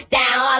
down